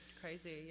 crazy